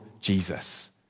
Jesus